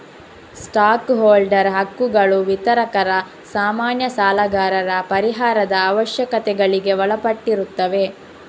stock holder ಹಕ್ಕುಗಳು ವಿತರಕರ, ಸಾಮಾನ್ಯ ಸಾಲಗಾರರ ಪರಿಹಾರದ ಅವಶ್ಯಕತೆಗಳಿಗೆ ಒಳಪಟ್ಟಿರುತ್ತವೆ